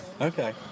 Okay